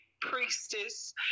priestess